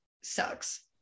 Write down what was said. sucks